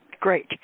Great